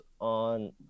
on